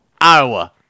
Iowa